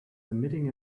emitting